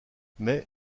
mais